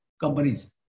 companies